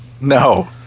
no